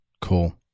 Cool